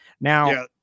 Now